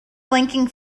flanking